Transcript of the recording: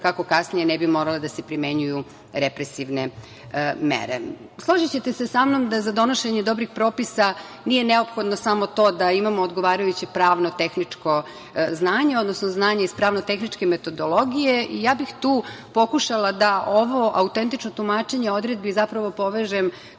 kako kasnije ne bi morale da se primenjuju represivne mere. Složićete se sa mnom da za donošenje dobrih propisa nije neophodno samo to da imamo odgovarajuće pravnotehničko znanje, odnosno znanje iz pravnotehničke metodologije i ja bih tu pokušala da ovo autentično tumačenje odredbi zapravo povežem